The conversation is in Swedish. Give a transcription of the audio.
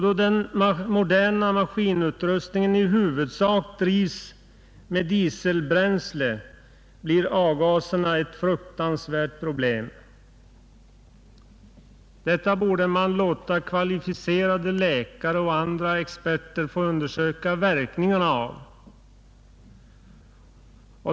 Då den moderna maskinutrustningen i huvudsak drivs med dieselbränsle blir avgaserna ett fruktansvärt problem. Detta borde man låta kvalificerade läkare och andra experter få undersöka verkningarna av.